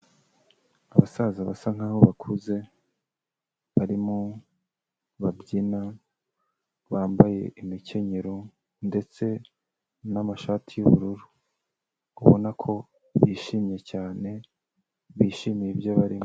Abasaza basa nkaho bakuze barimo babyina, bambaye imikenyero ndetse n'amashati y'ubururu ubona ko bishimye cyane, bishimiye ibyo barimo.